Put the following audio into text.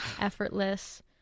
effortless